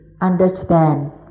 understand